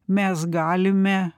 mes galime